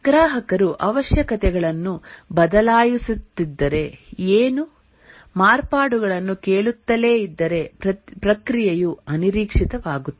ಗ್ರಾಹಕರು ಅವಶ್ಯಕತೆಗಳನ್ನು ಬದಲಾಯಿಸುತ್ತಿದ್ದರೆ ಏನು ಮಾರ್ಪಾಡುಗಳನ್ನು ಕೇಳುತ್ತಲೇ ಇದ್ದರೆ ಪ್ರಕ್ರಿಯೆಯು ಅನಿರೀಕ್ಷಿತವಾಗುತ್ತದೆ